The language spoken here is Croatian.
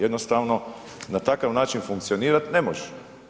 Jednostavno na takav način funkcionirat ne možeš.